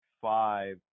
five